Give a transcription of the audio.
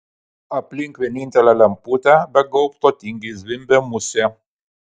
aplink vienintelę lemputę be gaubto tingiai zvimbė musė